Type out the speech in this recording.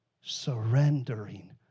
Surrendering